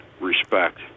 respect